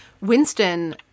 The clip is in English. Winston